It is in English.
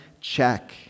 check